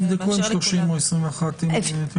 תבדקו על 30 או 21 ימים.